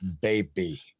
baby